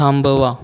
थांबवा